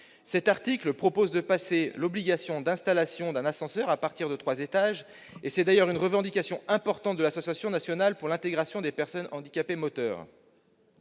visait à instituer l'obligation d'installation d'un ascenseur à partir de trois étages. C'est d'ailleurs une revendication importante de l'Association nationale pour l'intégration des personnes handicapées moteur.